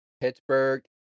Pittsburgh